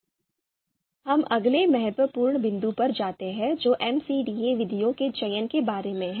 अब हम अगले महत्वपूर्ण बिंदु पर जाते हैं जो MCDA विधियों के चयन के बारे में है